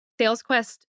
SalesQuest